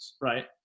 right